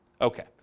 okay